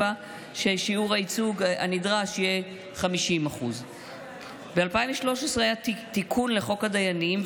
ששיעור הייצוג הנדרש יהיה 50%. ב-2013 היה תיקון לחוק הדיינים,